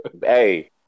Hey